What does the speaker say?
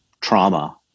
trauma